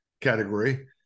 category